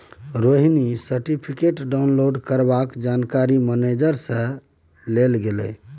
Rohini certificate download करबाक जानकारी manager सँ लेल गेलै